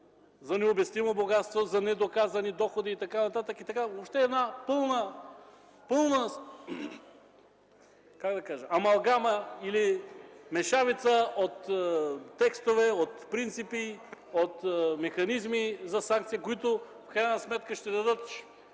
за необяснимо богатство, за недоказани доходи и така нататък. Въобще пълна амалгама или мешавица от текстове, от принципи, от механизми за санкции, които в крайна сметка ще дадат